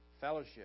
Fellowship